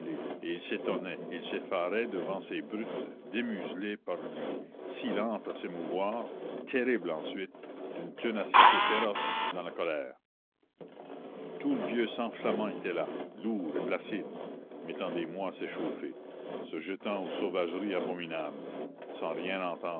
et il s'étonnait il s'effarait devant ces brutes démuselées par lui si lentes à s'émouvoir terribles ensuite d'une ténacité féroce dans la colère tout le vieux sang flamand était là lourd et placide mettant des mois à s'échauffer se jetant aux sauvageries abominables sans rien entendre